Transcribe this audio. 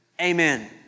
Amen